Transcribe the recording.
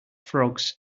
frogs